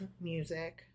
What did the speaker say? music